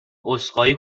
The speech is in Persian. عذرخواهی